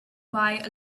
buy